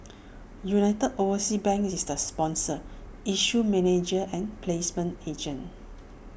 united overseas bank is the sponsor issue manager and placement agent